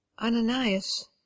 Ananias